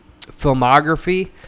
filmography